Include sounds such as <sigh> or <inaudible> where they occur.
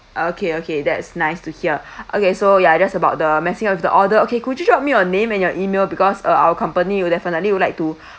okay okay that's nice to hear <breath> okay so ya just about the messing up with the order okay could you drop your name and your email because uh our company will definitely would like to <breath>